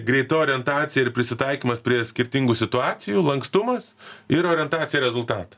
greita orientacija ir prisitaikymas prie skirtingų situacijų lankstumas ir orientacija rezultato